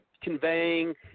conveying